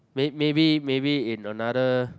may maybe maybe in another